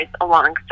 alongside